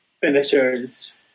finishers